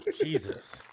jesus